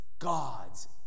God's